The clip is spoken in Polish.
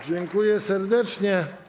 Dziękuję serdecznie.